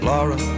Laura